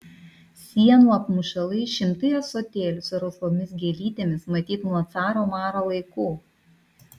sienų apmušalai šimtai ąsotėlių su rausvomis gėlytėmis matyt nuo caro maro laikų